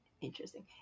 interesting